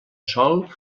sol